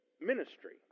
ministry